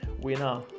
winner